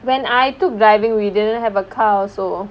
when I took driving we didn't have a car also